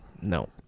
No